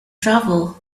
travel